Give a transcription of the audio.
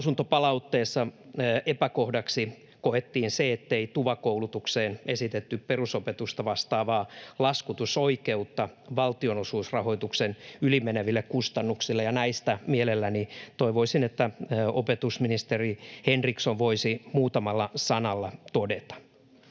Lausuntopalautteessa epäkohdaksi koettiin myös se, ettei TUVA-koulutukseen esitetty perusopetusta vastaavaa laskutusoikeutta valtionosuusrahoituksen yli meneville kustannuksille. Toivoisin, että näistä opetusministeri Henriksson voisi muutamalla sanalla todeta.